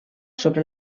sobre